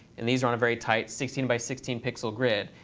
and these are on a very tight sixteen by sixteen pixel grid,